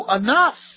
enough